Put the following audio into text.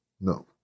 No